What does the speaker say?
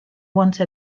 once